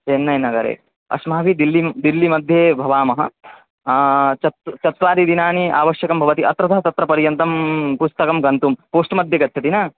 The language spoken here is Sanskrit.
चेन्नै नगरे अस्माभिः दिल्लि दिल्लि मध्ये भवामः चेत् चत्वारि दिनानि आवश्यकं भवन्ति अत्रतः तत्र पर्यन्तं पुस्तकं गन्तुं पोस्ट् मध्ये गच्छति न